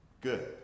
Good